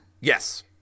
yes